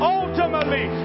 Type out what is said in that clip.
ultimately